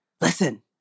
listen